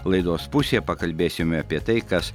laidos pusėje pakalbėsime apie tai kas